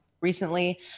recently